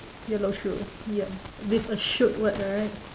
yellow shoe ah ya with a shoot word right